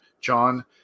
John